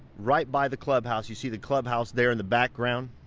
right by the clubhouse, you see the clubhouse there in the background.